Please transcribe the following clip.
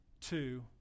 two